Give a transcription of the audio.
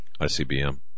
ICBM